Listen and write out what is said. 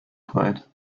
breit